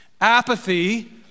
Apathy